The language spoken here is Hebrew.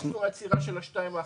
לא ביקשנו עצירה של השתיים האחרות.